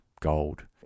gold